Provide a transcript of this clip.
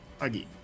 again